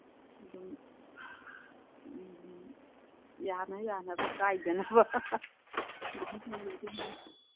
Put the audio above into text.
ꯎꯝ ꯎꯝ ꯌꯥꯅ ꯌꯥꯅꯕ ꯀꯥꯏꯗꯅꯕ